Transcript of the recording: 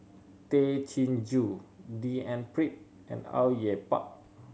Tay Chin Joo D N Pritt and Au Yue Pak